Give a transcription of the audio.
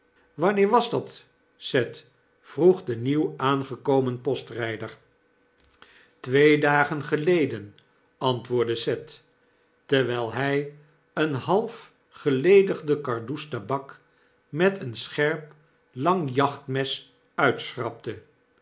wanneer was dat seth vroeg de nieuw aangekomen postrper twee dagen geleden antwoordde seth terwjjl hy een half geiedigden kardoes tabak met zijn scherp lang jachtmes uitschrapte